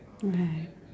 right